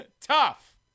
tough